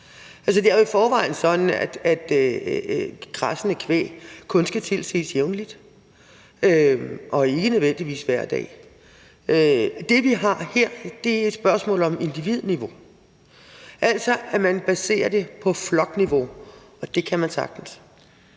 det er jo i forvejen sådan, at græssende kvæg kun skal tilses jævnligt og ikke nødvendigvis hver dag. Det, vi har at gøre med her, er et spørgsmål om individniveau eller flokniveau. Man baserer det på flokniveau, og det kan man sagtens.